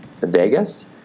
vegas